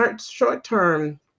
short-term